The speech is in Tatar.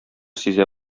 сизә